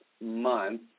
month